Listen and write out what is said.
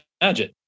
imagine